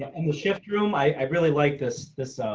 shift room. i really like this, this